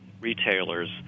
retailers